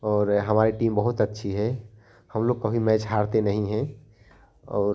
और हमारी टीम बहुत अच्छी है हम लोग कभी मैच हारते नहीं है और